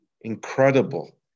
incredible